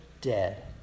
dead